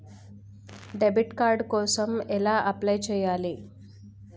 Debit card కోసం ఎలా apply చేయాలి?